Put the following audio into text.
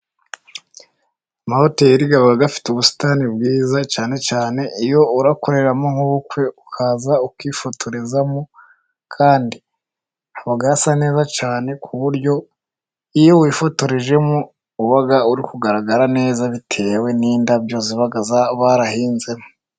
Amahoteli aba afite ubusitani bwiza cyane, cyane iyo urakoreramo nk'ubukwe, ukaza ukifotorezamo kandi haba hasa neza cyane, ku buryo iyo wifotorejemo uba uri kugaragara neza, bitewe n'indabyo ziba barahinzemo.